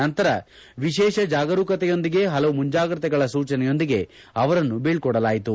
ನಂತರ ವಿಶೇಷ ಜಾಗರೂಕತೆಯೊಂದಿಗೆ ಹಲವು ಮುಂಜಾಗ್ರತೆಗಳ ಸೂಚನೆಯೊಂದಿಗೆ ಅವರನ್ನು ಬೀಳ್ನೊ ಡಲಾಯಿತು